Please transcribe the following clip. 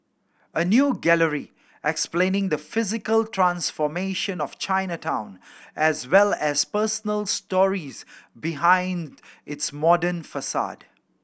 a new gallery explaining the physical transformation of Chinatown as well as personal stories behind its modern facade